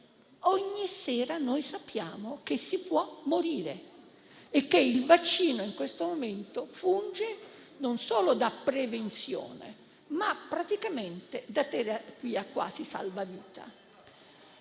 Ogni sera noi sappiamo che si può morire e che il vaccino in questo momento funge non solo da prevenzione, ma praticamente quasi da terapia salvavita.